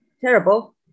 terrible